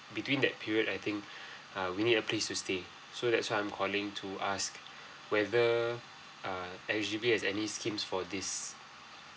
that period I think err we need a place to stay so that's why I'm calling to ask whether err H_D_B has any schemes for this